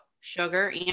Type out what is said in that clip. sugar